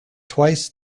twice